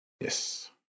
Yes